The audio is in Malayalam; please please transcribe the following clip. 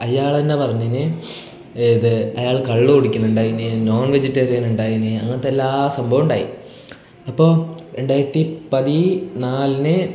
അയാളന്നെ പറഞ്ഞിന് ഏത് അയാൾ കള്ളുകുടിക്കുന്നുണ്ടായിന് നോൺ വെജിറ്റേറിയൻ ഉണ്ടായിന് അങ്ങനത്തെ എല്ലാ സ്വഭാവും ഉണ്ടായി അപ്പോൾ രണ്ടായിരത്തി പതിനാലിന്